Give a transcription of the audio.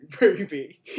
baby